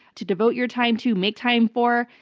to devote your time to, make time for,